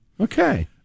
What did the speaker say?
Okay